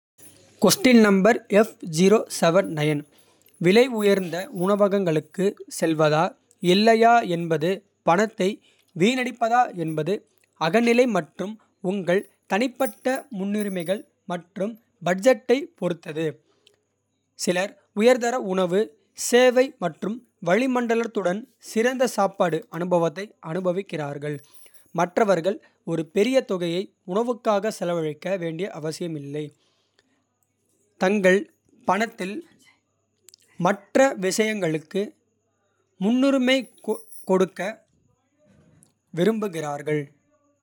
விலையுயர்ந்த உணவகங்களுக்குச் செல்வதா இல்லையா. என்பது பணத்தை வீணடிப்பதா என்பது அகநிலை மற்றும். உங்கள் தனிப்பட்ட முன்னுரிமைகள் மற்றும் பட்ஜெட்டைப். பொறுத்தது சிலர் உயர்தர உணவு சேவை மற்றும். வளிமண்டலத்துடன் சிறந்த சாப்பாட்டு அனுபவத்தை. அனுபவிக்கிறார்கள் மற்றவர்கள் ஒரு பெரிய தொகையை. உணவுக்காக செலவழிக்க வேண்டிய அவசியமில்லை. தங்கள் பணத்தில் மற்ற விஷயங்களுக்கு. முன்னுரிமை கொடுக்க விரும்புகிறார்கள்.